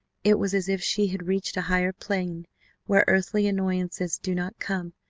it was as if she had reached a higher plane where earthly annoyances do not come,